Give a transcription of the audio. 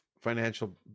financial